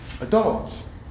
Adults